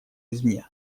извне